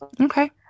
Okay